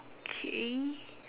okay